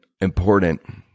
important